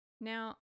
Now